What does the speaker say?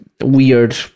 weird